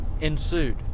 ensued